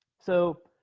so